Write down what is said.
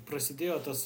prasidėjo tas